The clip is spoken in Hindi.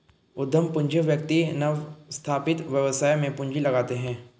उद्यम पूंजी व्यक्ति नवस्थापित व्यवसाय में पूंजी लगाते हैं